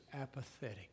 apathetic